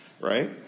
right